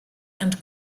and